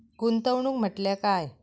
गुंतवणूक म्हटल्या काय?